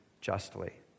justly